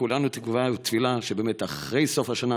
כולנו תקווה ותפילה שאחרי סוף השנה